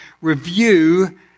review